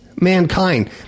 mankind